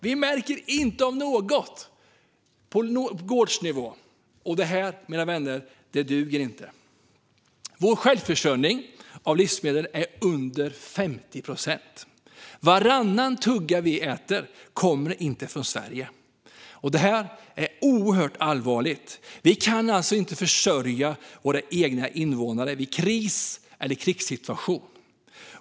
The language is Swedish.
De märker inte av någonting på gårdsnivå. Det duger inte, mina vänner. Vår självförsörjning av livsmedel är på under 50 procent. Varannan tugga av maten vi äter kommer inte från Sverige. Det är oerhört allvarligt. Vi kan alltså inte försörja våra egna invånare vid en kris eller krigssituation.